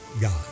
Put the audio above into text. God